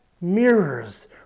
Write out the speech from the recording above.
mirrors